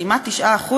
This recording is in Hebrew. כמעט 9%,